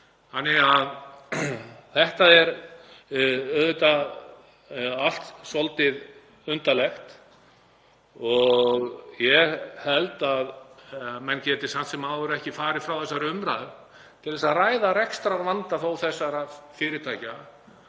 Þetta er auðvitað allt svolítið undarlegt og ég held að menn geti samt sem áður ekki farið frá þessari umræðu til að ræða rekstrarvanda þó þessara fyrirtækja